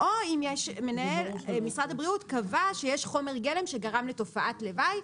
או אם משרד הבריאות קבע שיש חומר גלם שגרם לתופעת לוואי,